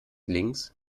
links